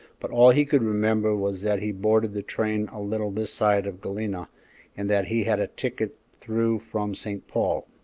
but all he could remember was that he boarded the train a little this side of galena and that he had a ticket through from st. paul.